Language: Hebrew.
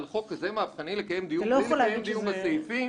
על חוק כזה מהפכני לקיים דיונים בלי לקיים דיון על הסעיפים?